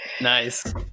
Nice